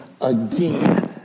again